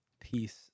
peace